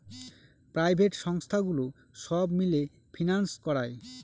private সংস্থাগুলো সব মিলে ফিন্যান্স করায়